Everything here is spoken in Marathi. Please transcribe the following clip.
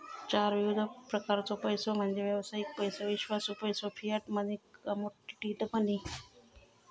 चार विविध प्रकारचो पैसो म्हणजे व्यावसायिक पैसो, विश्वासू पैसो, फियाट मनी, कमोडिटी मनी